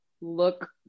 look